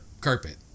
carpet